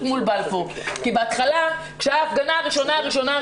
כשהייתה ההפגנה הראשונה,